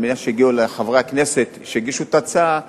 ואני מניח שהגיעו לחברי הכנסת שהגישו את ההצעה,